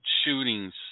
shootings